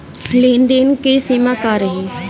लेन देन के सिमा का रही?